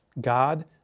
God